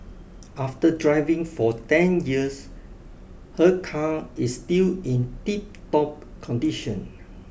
after driving for ten years her car is still in tiptop condition